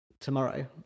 tomorrow